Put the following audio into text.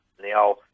Now